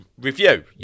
review